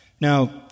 Now